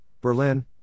Berlin